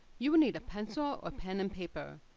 you will need a pencil or pen and paper,